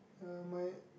uh my